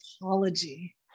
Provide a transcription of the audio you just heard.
apology